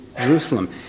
Jerusalem